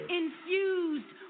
infused